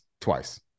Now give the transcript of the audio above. twice